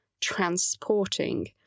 transporting